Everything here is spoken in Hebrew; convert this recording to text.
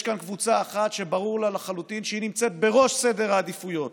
יש כאן קבוצה אחת שברור לה לחלוטין שהיא נמצאת בראש סדר העדיפויות.